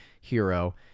hero